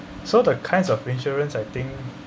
so the kinds of insurance I think